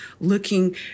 looking